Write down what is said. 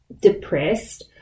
depressed